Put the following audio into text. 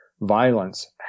violence